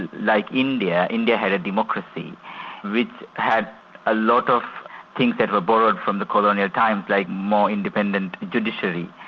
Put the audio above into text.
and like india, india had a democracy which had a lot of things that were borrowed from the colonial times like more independent judiciary,